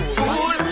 Fool